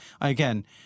Again